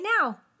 now